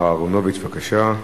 מר אהרונוביץ, בבקשה.